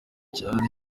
cyari